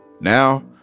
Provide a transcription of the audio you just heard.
Now